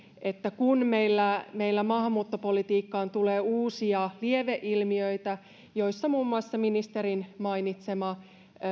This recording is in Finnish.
että kun meillä meillä maahanmuuttopolitiikkaan tulee uusia lieveilmiöitä joihin muun muassa ministerin mainitsema